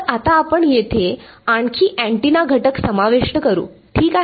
तर आता आपण येथे आणखी अँटीना घटक समाविष्ट करू ठीक आहे